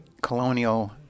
colonial